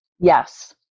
Yes